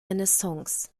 renaissance